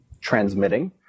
transmitting